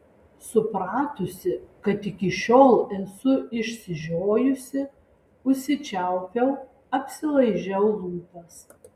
supratusi kad iki šiol esu išsižiojusi užsičiaupiau apsilaižiau lūpas